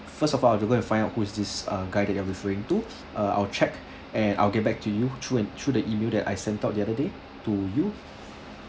first of all I've to go and find out who is this uh guide that you are referring to uh I'll check and I'll get back to you through an through the email that I sent out the other day to you